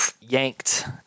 yanked